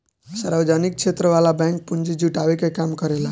सार्वजनिक क्षेत्र वाला बैंक पूंजी जुटावे के काम करेला